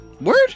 Word